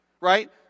right